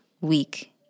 week